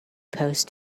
post